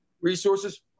resources